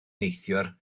neithiwr